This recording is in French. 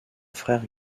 frère